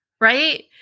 right